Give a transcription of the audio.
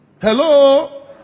Hello